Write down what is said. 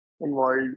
involved